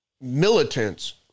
militants